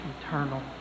eternal